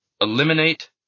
eliminate